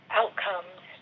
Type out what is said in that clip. outcomes